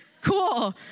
Cool